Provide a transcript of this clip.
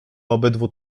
obydwu